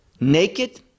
naked